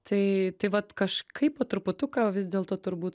tai tai vat kažkaip po truputuką vis dėlto turbūt